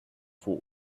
vor